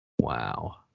Wow